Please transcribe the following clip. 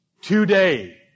Today